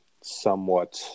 somewhat